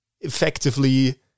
effectively